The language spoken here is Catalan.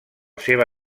seva